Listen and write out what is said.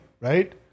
right